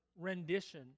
rendition